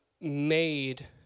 made